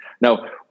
Now